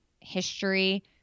history